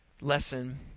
lesson